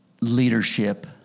leadership